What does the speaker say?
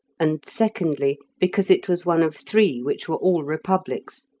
and, secondly, because it was one of three which were all republics,